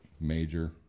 major